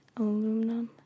aluminum